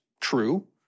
true